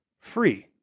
free